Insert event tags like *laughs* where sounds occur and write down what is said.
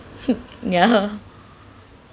*laughs* ya